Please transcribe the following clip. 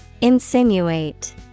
Insinuate